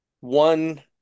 one